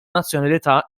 nazzjonalità